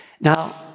Now